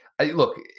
look